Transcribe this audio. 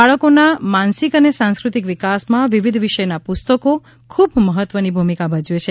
બાળકીના માનસિક અને સાંસ્કૃતિક વિકાસમાં વિવિધ વિષયનાં પુસ્તકો ખૂબ મહત્વની ભૂમિકા ભજવે છે